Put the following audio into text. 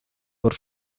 por